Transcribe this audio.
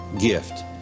gift